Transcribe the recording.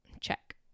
Check